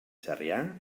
sarrià